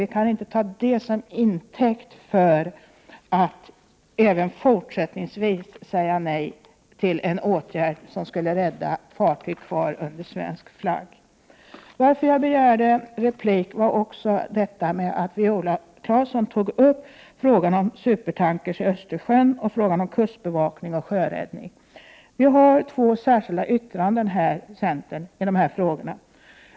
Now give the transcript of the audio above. Vi kan inte ta det till intäkt för att även fortsättningsvis säga nej till en åtgärd som skulle rädda fartygen så att de kunde kvarstå under svensk flagg. Anledningen till att jag begärde replik var också att Viola Claesson tog upp frågan om supertankers i Östersjön och frågan om kustbevakningen och sjöräddningen. Vi i centern har lagt två särskilda yttranden i dessa frågor.